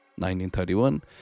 1931